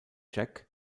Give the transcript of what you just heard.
jack